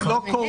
זה לא קורה.